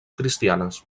cristianes